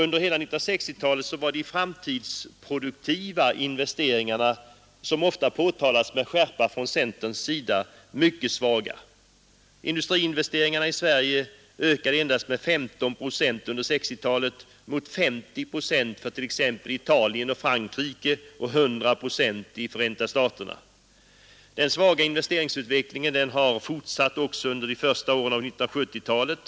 Under hela 1960-talet var de framtidsproduktiva investeringarna mycket svaga, såsom ofta med skärpa påtalats från centerns sida. Industriinvesteringarna ökade i Sverige endast med 15 procent under 1960-talet mot 50 procent i t.ex. Italien och Frankrike och 100 procent i Förenta staterna. Den svaga investeringsutvecklingen har fortsatt också under de första åren av 1970-talet.